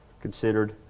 considered